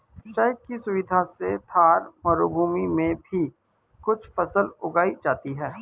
सिंचाई की सुविधा से थार मरूभूमि में भी कुछ फसल उगाई जाती हैं